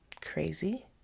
crazy